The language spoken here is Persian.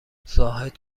زاهد